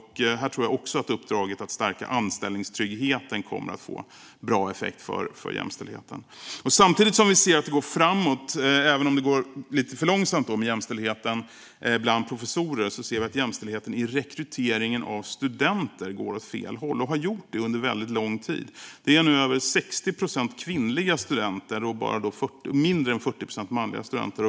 Här tror jag också att uppdraget att stärka anställningstryggheten kommer att få bra effekt för jämställdheten. Samtidigt som vi ser att det går framåt - även om det går lite för långsamt - med jämställdheten bland professorer ser vi att jämställdheten i rekryteringen av studenter går åt fel håll och har gjort det under väldigt lång tid. Det är nu över 60 procent kvinnliga studenter och därmed mindre än 40 procent manliga.